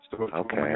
Okay